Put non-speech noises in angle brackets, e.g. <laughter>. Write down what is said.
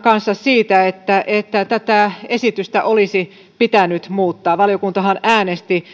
<unintelligible> kanssa siitä että että tätä esitystä olisi pitänyt muuttaa valiokuntahan äänesti